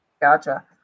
gotcha